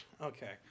Okay